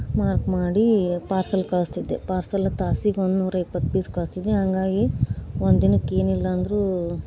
mark ಮಾಡಿ parcel ಕಳಿಸ್ತಿದ್ದೆ parcel ತಾಸಿಗೆ ಒಂದು ನೂರ ಇಪ್ಪತ್ತು ಪೀಸ್ ಕಳಿಸ್ತಿದ್ದೆ ಹಂಗಾಗಿ ಒಂದು ದಿನಕ್ಕೆ ಏನಿಲ್ಲ ಅಂದರೂ